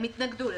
הם התנגדו.